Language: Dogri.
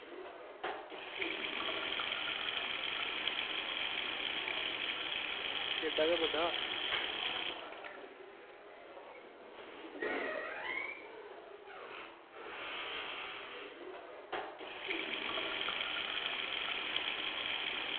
केह्डा गै बड्डा